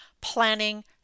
planning